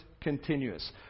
continuous